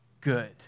good